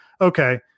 okay